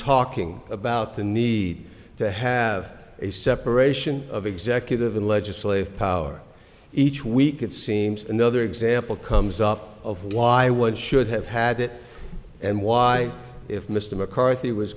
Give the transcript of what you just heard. talking about the need to have a separation of executive and legislative power each week it seems another example comes up of why one should have had it and why if mr mccarthy was